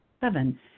Seven